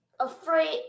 afraid